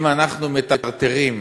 אם אנחנו מטרטרים,